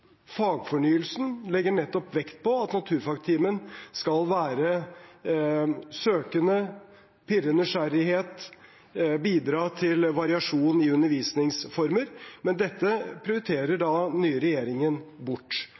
Fagfornyelsen legger nettopp vekt på at naturfagtimen skal være søkende, pirre nysgjerrighet og bidra til variasjon i undervisningsformer, men dette prioriterer den nye regjeringen bort.